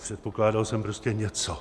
Předpokládal jsem prostě něco.